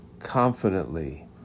confidently